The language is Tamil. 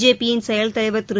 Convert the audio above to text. ஜேபியின் செயல் தலைவர் திரு